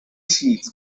sheets